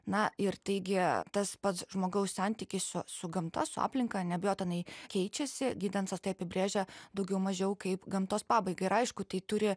na ir taigi tas pats žmogaus santykis su su gamta su aplinka neabejotinai keičiasi gidensas tai apibrėžia daugiau mažiau kaip gamtos pabaiga ir aišku tai turi